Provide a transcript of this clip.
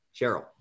cheryl